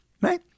Right